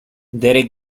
derek